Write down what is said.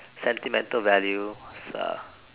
sentimental value is a